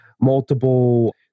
multiple